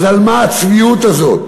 אז על מה הצביעות הזאת?